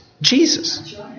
Jesus